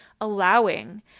allowing